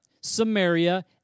Samaria